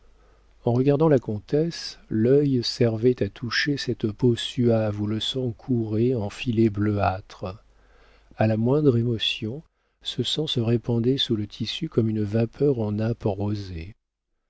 en regardant la comtesse l'œil servait à toucher cette peau suave où le sang courait en filets bleuâtres a la moindre émotion ce sang se répandait sous le tissu comme une vapeur en nappes rosées